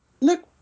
Look